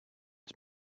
its